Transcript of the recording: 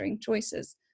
choices